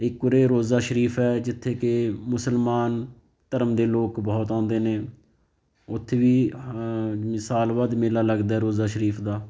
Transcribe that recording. ਇੱਕ ਉਰੇ ਰੋਜ਼ਾ ਸ਼ਰੀਫ ਹੈ ਜਿੱਥੇ ਕਿ ਮੁਸਲਮਾਨ ਧਰਮ ਦੇ ਲੋਕ ਬਹੁਤ ਆਉਂਦੇ ਨੇ ਉੱਥੇ ਵੀ ਸਾਲ ਬਾਅਦ ਮੇਲਾ ਲੱਗਦਾ ਰੋਜ਼ਾ ਸ਼ਰੀਫ ਦਾ